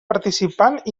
participant